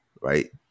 right